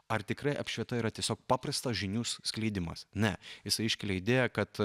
ar tikrai apšvieta yra tiesiog paprastas žinių skleidimas ne jisai iškelia idėją kad